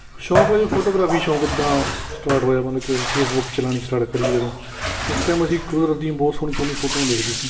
ਸ਼ੌਂਕ ਵਜੋਂ ਫੋਟੋਗ੍ਰਾਫੀ ਸ਼ੌਂਕ ਇੱਦਾਂ ਸਟਾਰਟ ਹੋਇਆ ਮਤਲਬ ਕਿ ਅਸੀਂ ਫੇਸਬੁਕ ਚਲਾਉਣੀ ਸਟਾਰਟ ਕਰੀ ਜਦੋਂ ਉਸ ਟਾਈਮ ਅਸੀਂ ਕੁਦਰਤ ਦੀਆਂ ਬਹੁਤ ਸੋਹਣੀ ਸੋਹਣੀਆਂ ਫੋਟੋਆਂ ਦੇਖਦੇ ਸੀ